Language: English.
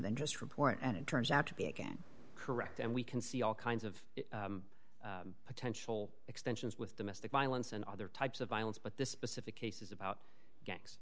than just report and it turns out to be again correct and we can see all kinds of potential extensions with domestic violence and other types of violence but this specific case is about gangs